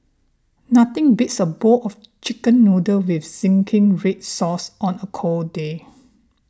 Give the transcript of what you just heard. nothing beats a bowl of chicken noodle with Zingy Red Sauce on a cold day